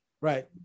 right